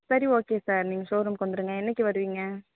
சரி okay sir நீங்கள் ஷோரூம்க்கு வந்துடுங்க என்றைக்கி வருவீங்க